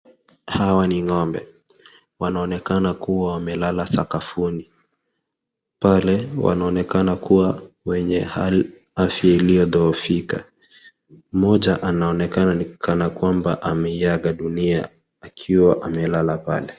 Hawani ngombe wanaonekana kuwa wamelala sakafuni. Pale wanaonekana kuwa wenye afya iliyo dhoofika mmoja anaonekana kana kwamba ameaga dunia akiwa amelala pale.